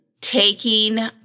taking